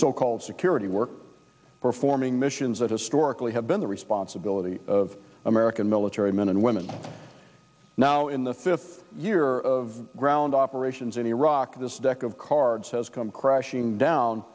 so called security work performing missions that historically have been the responsibility of american military men and women now in the fifth year of ground operations in iraq this deck of cards has come crashing down